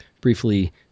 briefly